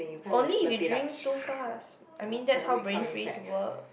only if you drink too fast I mean that's how brain freeze work